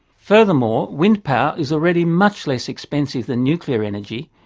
furthermore, wind power is already much less expensive than nuclear energy,